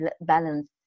balance